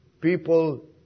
people